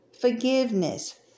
forgiveness